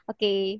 Okay